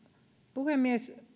puhemies